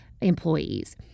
employees